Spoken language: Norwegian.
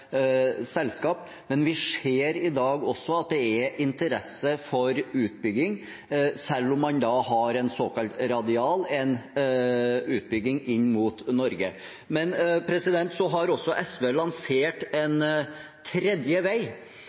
selskap, men vi ser i dag at det er interesse for utbygging selv om man har en såkalt radial, en utbygging inn mot Norge. SV har også lansert en tredje vei